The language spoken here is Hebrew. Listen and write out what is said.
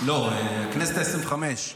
לא, הכנסת העשרים-וחמש.